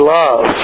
love